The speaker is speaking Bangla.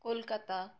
কলকাতা